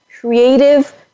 creative